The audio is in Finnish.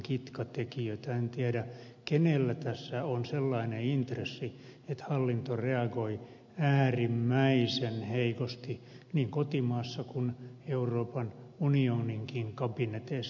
en tiedä kenellä tässä on sellainen intressi että hallinto reagoi äärimmäisen heikosti niin kotimaassa kuin euroopan unioninkin kabineteissa